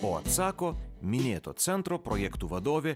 o atsako minėto centro projektų vadovė